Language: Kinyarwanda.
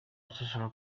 ashaka